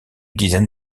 dizaine